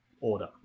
order